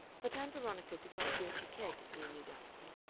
but ann veronica did not feel she cared to see a new dancer.